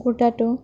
কুৰ্টাটো